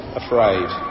afraid